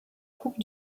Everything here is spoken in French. coupe